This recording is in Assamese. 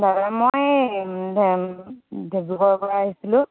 দাদা মই ডিব্ৰুগড়ৰ পৰা আহিছিলোঁ